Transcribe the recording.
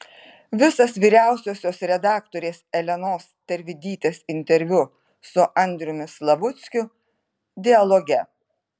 visas vyriausiosios redaktorės elenos tervidytės interviu su andriumi slavuckiu dialoge